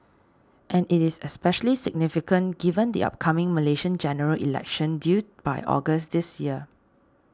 and it is especially significant given the upcoming Malaysian General Election due by August this year